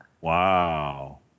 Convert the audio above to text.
Wow